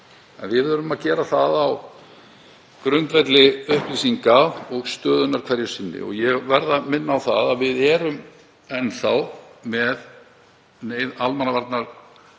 við verðum að gera það á grundvelli upplýsinga og stöðunnar hverju sinni. Ég verð að minna á að við erum enn með almannavarnir